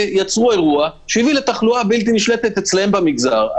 ויצרו אירוע שהביא לתחלואה בלתי נשלטת אצלם במגזר.